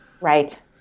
Right